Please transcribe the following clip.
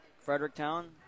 Fredericktown